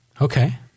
Okay